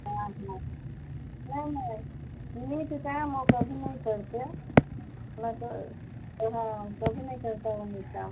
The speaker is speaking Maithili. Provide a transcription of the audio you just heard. बिहारमे नहि नहि नीक काम ओ कभी नहि करताह नहि तऽ हँ कभी नहि करताह ओ नीक काम